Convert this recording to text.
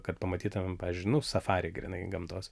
kad pamatytumėm pavyzdžiui nu safarį grynai gamtos